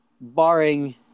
barring